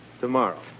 tomorrow